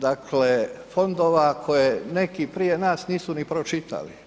Dakle, fondova koje neki prije nas nisu ni pročitali.